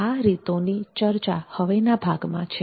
આ રીતોની ચર્ચા હવેના ભાગમાં છે